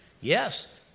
Yes